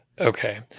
okay